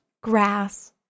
grass